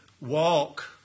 walk